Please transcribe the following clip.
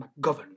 McGovern